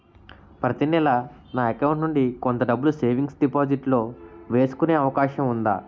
ప్రతి నెల నా అకౌంట్ నుండి కొంత డబ్బులు సేవింగ్స్ డెపోసిట్ లో వేసుకునే అవకాశం ఉందా?